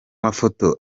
mafoto